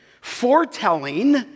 Foretelling